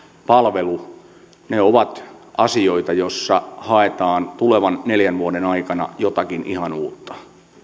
palvelu ovat asioita joissa haetaan tulevan neljän vuoden aikana jotakin ihan uutta